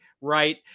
Right